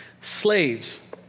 Slaves